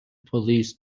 police